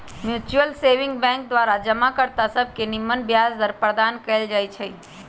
mutual saving bank द्वारा जमा कर्ता सभके निम्मन ब्याज दर प्रदान कएल जाइ छइ